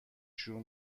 شروع